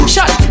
Shut